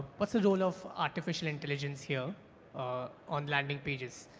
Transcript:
what's the role of artificial intelligence here on landing pages,